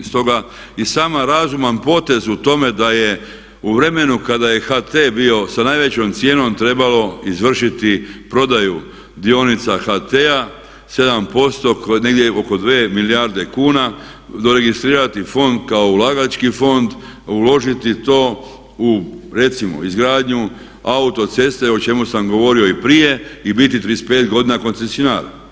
Stoga i sam razuman potez u tome da je u vremenu kada je HT bio sa najvećom cijenom trebalo izvršiti prodaju dionica HT-a 7% negdje oko 2 milijarde kuna do registrirati fond kao ulagački fond, uložiti to u recimo izgradnju autoceste o čemu sam govorio i prije i biti 35 godina koncesionar.